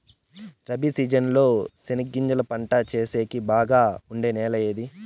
Rabi season లో చెనగగింజలు పంట సేసేకి బాగా ఉండే నెల ఏది?